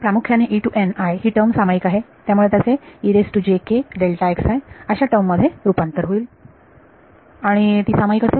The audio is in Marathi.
तर प्रामुख्याने ही टर्म सामायिक आहे त्यामुळे त्याचे अशा टर्म मध्ये रूपांतर होईल आणि ती सामायिक असेल